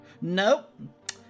Nope